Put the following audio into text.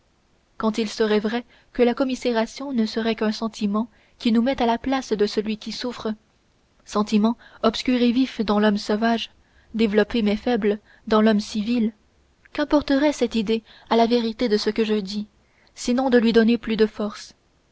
quand il serait vrai que la commisération ne serait qu'un sentiment qui nous met à la place de celui qui souffre sentiment obscur et vif dans l'homme sauvage développé mais faible dans l'homme civil qu'importerait cette idée à la vérité de ce que je dis sinon de lui donner plus de force